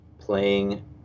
playing